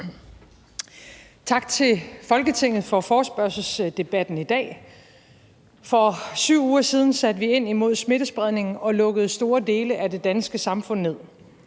Tak til Folketinget for forespørgselsdebatten i dag. For 7 uger siden satte vi ind imod smittespredningen og lukkede store dele af det danske samfund ned.